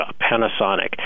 Panasonic